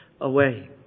away